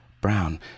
brown